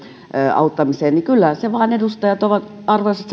auttamiseen niin kyllähän se vain arvoisat